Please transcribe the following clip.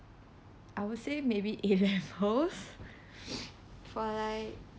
I would say maybe A levels